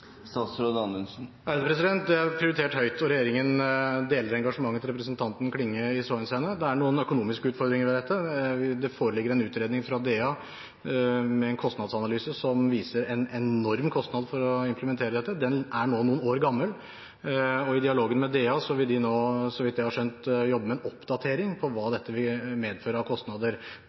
prioritert høyt, og regjeringen deler engasjementet til representanten Klinge i så henseende. Det er noen økonomiske utfordringer ved dette, og det foreligger en utredning fra Domstoladministrasjonen med en kostnadsanalyse som viser en enorm kostnad for å implementere dette. Den er nå noen år gammel, og etter dialog med DA vil de nå, så vidt jeg har skjønt, jobbe med en oppdatering av hva dette vil medføre av kostnader.